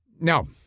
No